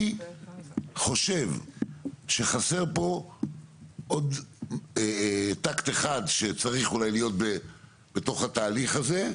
אני חושב שחסר פה עוד טקט אחד שצריך אולי להיות בתוך התהליך הזה,